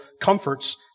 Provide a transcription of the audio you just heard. comforts